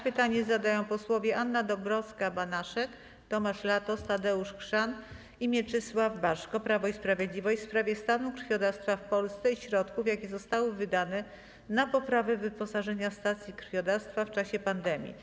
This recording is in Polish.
Pytanie zadają posłowie Anna Dąbrowska-Banaszek, Tomasz Latos, Tadeusz Chrzan i Mieczysław Baszko z Prawa Sprawiedliwości w sprawie stanu krwiodawstwa w Polsce i środków, jakie zostały wydane na poprawę wyposażenia stacji krwiodawstwa w czasie pandemii.